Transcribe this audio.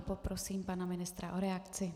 Poprosím pane ministra o reakci.